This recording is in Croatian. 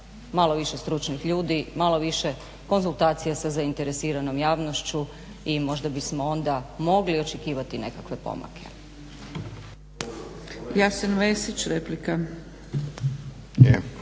malo više stručnih ljudi, malo više konzultacija sa zainteresiranom javnošću i možda bismo onda mogli očekivati nekakve pomake.